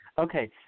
Okay